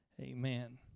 Amen